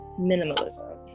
minimalism